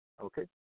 okay